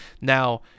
Now